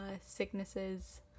sicknesses